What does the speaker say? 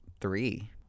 three